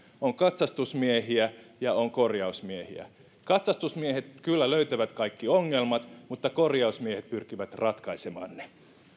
on katsastusmiehiä ja on korjausmiehiä katsastusmiehet kyllä löytävät kaikki ongelmat mutta korjausmiehet pyrkivät ratkaisemaan ne